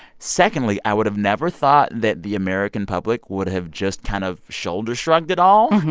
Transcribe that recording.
secondly, i would have never thought that the american public would have just kind of shoulder shrugged it all.